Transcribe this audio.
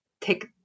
take